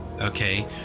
okay